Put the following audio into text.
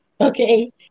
okay